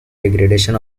degradation